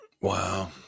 Wow